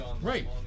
right